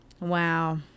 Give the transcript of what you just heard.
Wow